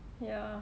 ya